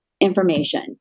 information